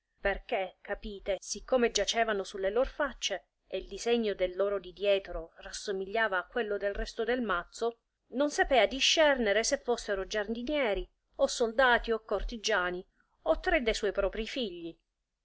perchè capite siccome giacevano sulle lor faccie e il disegno del loro di dietro rassomigliava a quello del resto del mazzo non sapea discernere se fossero giardinieri o soldati o cortigiani o tre de suoi proprii figli